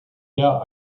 der